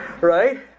Right